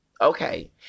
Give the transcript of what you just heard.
okay